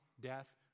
death